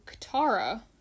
Katara